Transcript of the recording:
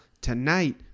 tonight